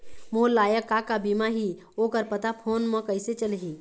मोर लायक का का बीमा ही ओ कर पता फ़ोन म कइसे चलही?